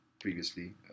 previously